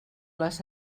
les